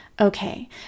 Okay